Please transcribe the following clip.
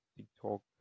TikTok